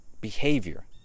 behavior